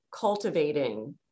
cultivating